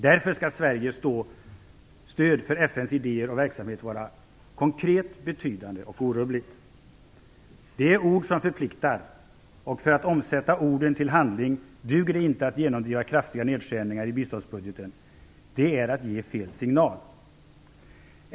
Därför skall Sveriges stöd för FN:s idéer och verksamhet vara konkret, betydande och orubbligt." Det är ord som förpliktar. För att omsätta orden i handling duger det inte att genomdriva kraftiga nedskärningar i biståndsbudgeten. Det är att ge fel signal.